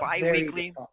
bi-weekly